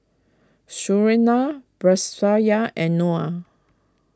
Surinam Batrisya and Noh